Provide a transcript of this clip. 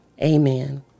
Amen